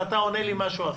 ואתה עונה לי משהו אחר.